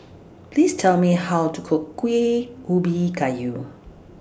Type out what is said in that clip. Please Tell Me How to Cook Kuih Ubi Kayu